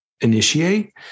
initiate